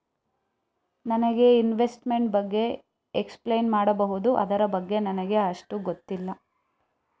ನನಗೆ ಇನ್ವೆಸ್ಟ್ಮೆಂಟ್ ಬಗ್ಗೆ ಎಕ್ಸ್ಪ್ಲೈನ್ ಮಾಡಬಹುದು, ಅದರ ಬಗ್ಗೆ ನನಗೆ ಅಷ್ಟು ಗೊತ್ತಿಲ್ಲ?